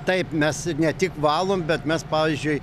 taip mes ne tik valom bet mes pavyzdžiui